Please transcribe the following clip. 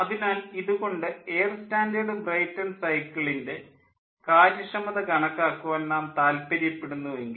അതിനാൽ ഇതു കൊണ്ട് എയർ സ്റ്റാൻഡേർഡ് ബ്രേയ്ട്ടൺ സൈക്കിളിൻ്റെ കാര്യക്ഷമത കണക്കാക്കുവാൻ നാം താല്പര്യപ്പെടുന്നു എങ്കിൽ